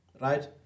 right